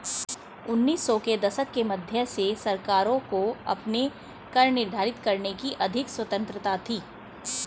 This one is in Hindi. उन्नीस सौ के दशक के मध्य से सरकारों को अपने कर निर्धारित करने की अधिक स्वतंत्रता थी